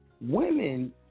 Women